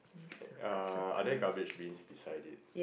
uh are there garbage bins beside it